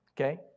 Okay